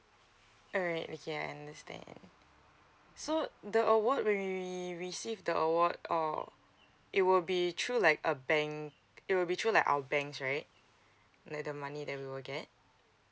alright okay I understand so the award when we receive the award uh it will be through like a bank it will be through like our banks right like the money that we will get